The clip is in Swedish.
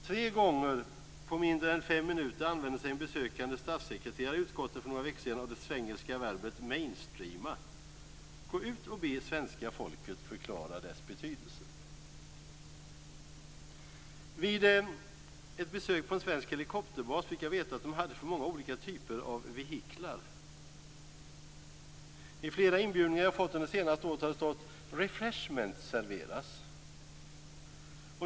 Tre gånger på mindre än fem minuter använde sig en besökande statssekreterare i utskottet för några veckor sedan av det svengelska verbet "mainstreama". Gå ut och be svenska folket förklara dess betydelse! Vid ett besök på en svensk helikopterbas fick jag veta att de hade för många olika typer av "vehiklar". I flera inbjudningar jag fått under det senaste året har det stått "Refreshments serveras".